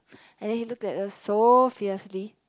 and then he looked at us so fiercely